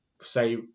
say